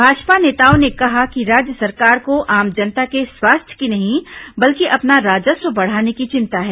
भाजपा नेताओं ने कहा कि राज्य सरकार को आम जनता के स्वास्थ्य की नहीं बल्कि अपना राजस्व बढ़ाने की चिंता है